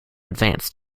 advance